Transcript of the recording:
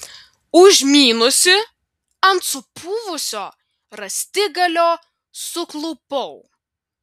užmynusi ant supuvusio rąstigalio suklupau